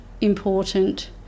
important